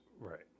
Right